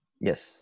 Yes